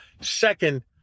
Second